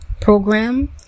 program